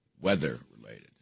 weather-related